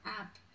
app